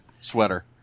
sweater